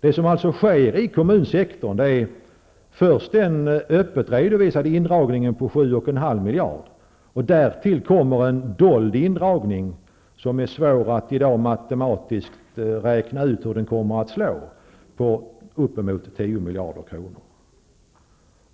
Det som sker i kommunsektorn är alltså först den öppet redovisade indragningen på 7,5 miljarder kronor. Därtill kommer en dold indragning på upp emot 10 miljarder kronor. Det är svårt att i dag matematiskt räkna ut hur den kommer att slå.